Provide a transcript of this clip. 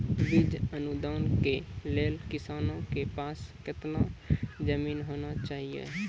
बीज अनुदान के लेल किसानों के पास केतना जमीन होना चहियों?